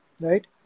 right